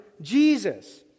Jesus